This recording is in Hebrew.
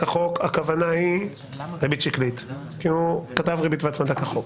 הכוונה היא ריבית שקלית כי הוא כתב ריבית והצמדה כחוק.